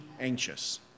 anxious